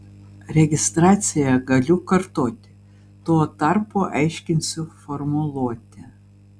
registraciją galiu kartoti tuo tarpu aiškinsiu formuluotę